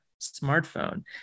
smartphone